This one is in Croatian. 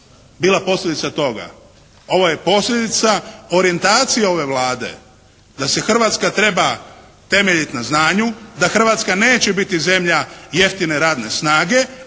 bila posljedica toga. Ovo je posljedica orijentacije ove Vlade da se Hrvatska treba temeljiti na znanju, da Hrvatska neće biti zemlja jeftine radne snage